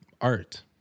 art